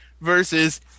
versus